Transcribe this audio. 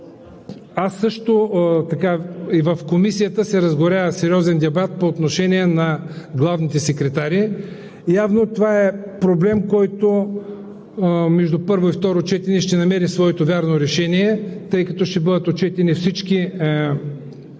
разпоредби. В Комисията се разгоря сериозен дебат по отношение на главните секретари. Явно това е проблем, който между първо и второ четене ще намери своето вярно решение, тъй като ще бъдат отчетени всички